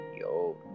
yo